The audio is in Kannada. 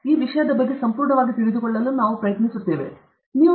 ಈ ವಿಷಯದ ಬಗ್ಗೆ ಸಂಪೂರ್ಣವಾಗಿ ತಿಳಿದುಕೊಳ್ಳಲು ನಾವು ಪ್ರಯತ್ನಿಸುತ್ತೇವೆ ಇದು ಬಹುತೇಕ ಏನೂ ಇಷ್ಟವಿಲ್ಲ